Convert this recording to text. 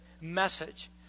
message